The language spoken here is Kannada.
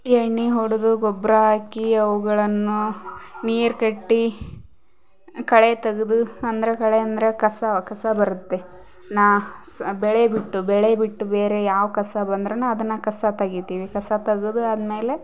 ಎಣ್ಣೆ ಹೊಡೆದು ಗೊಬ್ಬರ ಹಾಕಿ ಅವುಗಳನ್ನು ನೀರು ಕಟ್ಟಿ ಕಳೆ ತೆಗ್ದು ಅಂದರ ಕಳೆ ಅಂದರ ಕಸ ಕಸ ಬರುತ್ತೆ ನಾ ಸ್ ಬೆಳೆ ಬಿಟ್ಟು ಬೆಳೆ ಬಿಟ್ಟು ಬೇರೆ ಯಾವ ಕಸ ಬಂದರೂನು ಅದನ್ನ ಕಸ ತೆಗಿತೀವಿ ಕಸ ತೆಗ್ದು ಆದ್ಮೇಲೆ